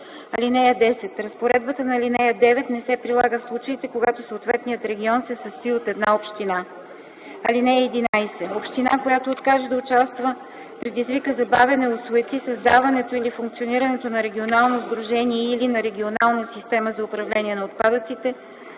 (10) Разпоредбата на ал. 9 не се прилага в случаите, когато съответният регион се състои от една община. (11) Община, която откаже да участва, предизвика забавяне, осуети създаването или функционирането на регионално сдружение и/или на регионална система за управление на отпадъците,